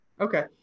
Okay